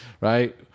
right